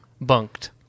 Bunked